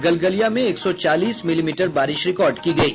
गलगलिया में एक सौ चालीस मिलीमीटर बारिश रिकॉर्ड की गयी